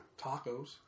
Tacos